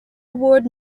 award